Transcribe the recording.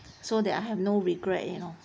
so that I have no regret you know